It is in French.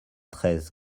treize